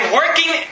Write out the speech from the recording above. working